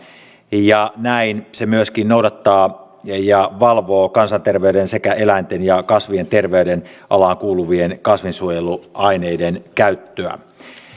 näin se myöskin noudattaa ja valvoo kansanterveyden sekä eläinten ja kasvien terveyden alaan kuuluvien kasvinsuojeluaineiden käyttöä